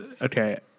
Okay